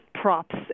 props